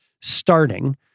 starting